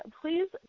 please